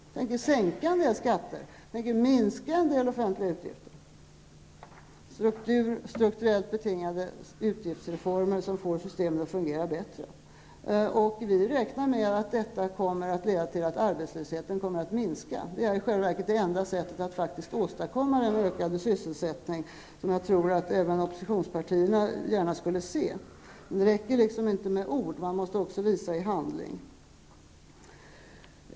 Vi tänker sänka en del skatter och minska en del offentliga utgifter. Vi tänker genomföra strukturellt betingade utgiftsreformer som får systemen att fungera bättre. Vi räknar med att detta kommer att leda till att arbetslösheten minskar. Det är i själva verket det enda sättet att faktiskt åstadkomma den ökade sysselsättning som jag tror att även oppositionspartierna gärna skulle se. Det räcker liksom inte med ord. Man måste också visa i handling.